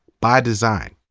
by design.